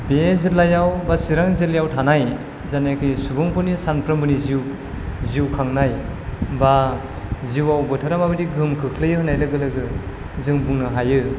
बे जिल्लायाव बा चिरां जिल्लायाव थानाय जायनाखि सुबुंफोरनि सामफ्रोमबोनि जिउ खांनाय बा जिउआव बोथोरा माबादि गोहोम खोख्लैयो होननाय लोगो लोगो जों बुंनो हायो